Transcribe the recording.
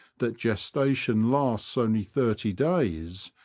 that gestation lasts only thirty days,